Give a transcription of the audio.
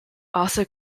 also